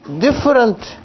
different